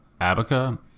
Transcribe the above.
Abaca